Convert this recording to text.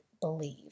believe